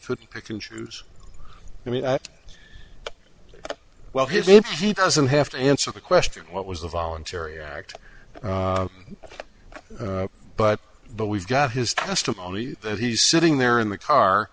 could pick and choose i mean that well his name doesn't have to answer the question what was a voluntary act but but we've got his testimony that he's sitting there in the car